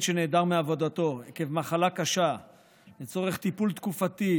שנעדר מעבודתו עקב מחלה קשה לצורך טיפול תקופתי,